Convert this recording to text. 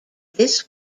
this